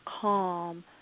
calm